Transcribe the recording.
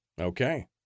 Okay